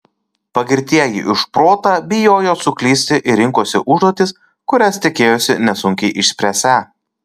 pagirtieji už protą bijojo suklysti ir rinkosi užduotis kurias tikėjosi nesunkiai išspręsią